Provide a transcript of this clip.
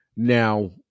Now